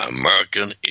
American